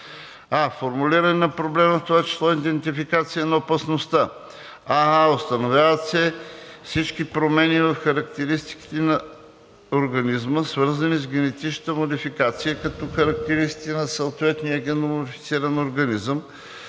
а) формулиране на проблема, в т.ч. идентификация на опасността: аа) установяват се всички промени в характеристиките на организма, свързани с генетичната модификация, като характеристиките на съответния генномодифициран организъм